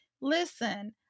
Listen